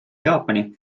jaapani